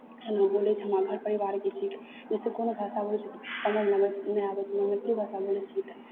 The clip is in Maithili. हमहूँ बोलै छियै हमर घर परिवार भी छै ओ सभके आओर कोनो भाषा समझमे नहि नहि आबै छै हम मैथिली भाषा बोलै छियै तऽ